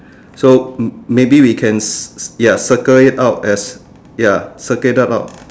so maybe we can ya circle it out as ya circle it out